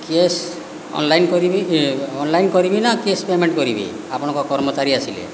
cash online କରିବି online କରିବି ନା କ୍ୟାଶ୍ ପେମେଣ୍ଟ କରିବି ଆପଣଙ୍କ କର୍ମଚାରୀ ଆସିଲେ